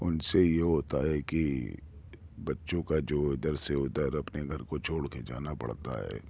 ان سے یہ ہوتا ہے کہ بچوں کا جو ادھر سے ادھر اپنے گھر کو چھوڑ کے جانا پڑتا ہے